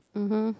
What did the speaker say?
mmhmm